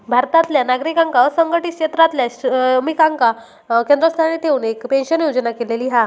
भारतातल्या नागरिकांका असंघटीत क्षेत्रातल्या श्रमिकांका केंद्रस्थानी ठेऊन एक पेंशन योजना केलेली हा